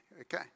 Okay